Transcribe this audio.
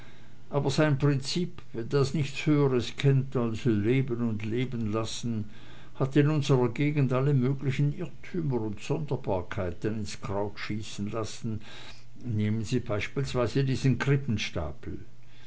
aber sein prinzip das nichts höheres kennt als leben und leben lassen hat in unsrer gegend alle möglichen irrtümer und sonderbarkeiten ins kraut schießen lassen nehmen sie beispielsweise diesen